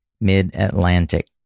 Mid-Atlantic